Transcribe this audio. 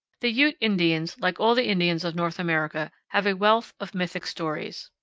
the ute indians, like all the indians of north america, have a wealth of mythic stories.